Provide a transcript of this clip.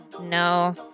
No